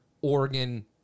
Oregon